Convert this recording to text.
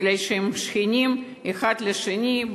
בגלל שהם שכנים אחד של השני,